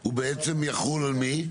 הוא בעצם יחול על מי?